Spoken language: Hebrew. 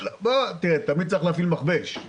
תמיד צריך להפעיל מכבש.